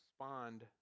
respond